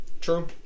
True